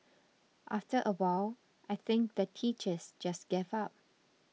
after a while I think the teachers just gave up